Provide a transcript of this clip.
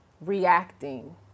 reacting